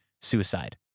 suicide